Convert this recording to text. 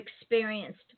experienced